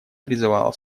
призывала